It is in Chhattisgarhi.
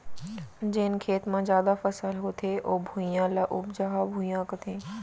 जेन खेत म जादा फसल होथे ओ भुइयां, ल उपजहा भुइयां कथें